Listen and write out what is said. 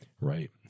right